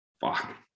fuck